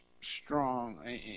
strong